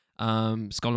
Scotland